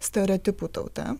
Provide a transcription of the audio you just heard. stereotipų tauta